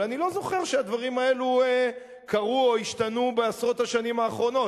אבל אני לא זוכר שהדברים האלו קרו או השתנו בעשרות השנים האחרונות.